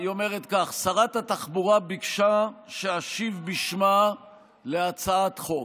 "שרת התחבורה ביקשה שאשיב בשמה להצעת החוק".